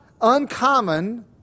uncommon